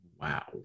Wow